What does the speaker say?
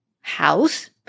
house